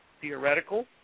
theoretical